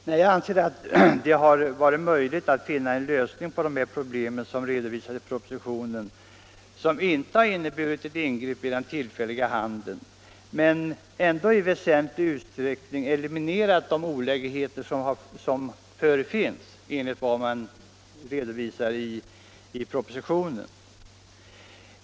Nej, jag anser att det hade varit möjligt att finna en lösning på de problem som redovisas i propositionen som inte hade inneburit ett ingrepp i den tillfälliga handeln men ändå i väsentlig utsträckning hade eliminerat de olägenheter som enligt propositionen finns.